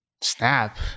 Snap